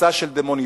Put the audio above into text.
מסע של דמוניזציה,